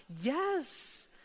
Yes